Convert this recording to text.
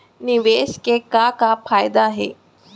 निवेश के का का फयादा हे?